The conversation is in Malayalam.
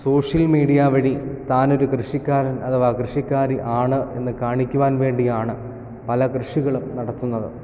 സോഷ്യൽ മീഡിയ വഴി താനൊരു കൃഷിക്കാരൻ അഥവാ കൃഷിക്കാരി ആണ് എന്ന് കാണിക്കുവാൻ വേണ്ടിയാണ് പല കൃഷികളും നടത്തുന്നത്